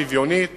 שוויונית